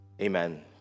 Amen